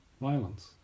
violence